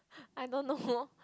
I don't know lor